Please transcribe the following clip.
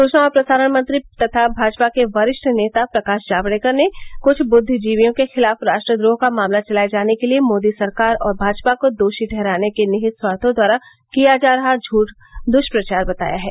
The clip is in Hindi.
सूचना और प्रसारण मंत्री तथा भाजपा के वरिष्ठ नेता प्रकाश जावड़ेकर ने कृष्ठ बुद्विजीवियों के खिलाफ राष्ट्रद्रोह का मामला चलाये जाने के लिए मोदी सरकार और भाजपा को दोषी ठहराने को निहित स्वार्थो द्वारा किया जा रहा झूठा दुष्प्रचार बताया है